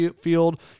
field